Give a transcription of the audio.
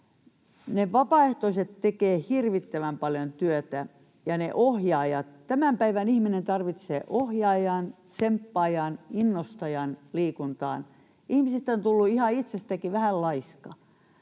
Ne vapaaehtoiset tekevät hirvittävän paljon työtä, ja ne ohjaajat. Tämän päivän ihminen tarvitsee ohjaajan, tsemppaajan, innostajan liikuntaan. Ihmisestä on tullut ihan itsestäänkin vähän laiska,